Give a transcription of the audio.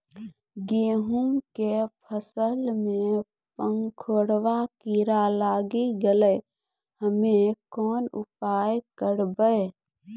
गेहूँ के फसल मे पंखोरवा कीड़ा लागी गैलै हम्मे कोन उपाय करबै?